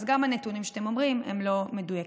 אז גם הנתונים שאתם אומרים הם לא מדויקים.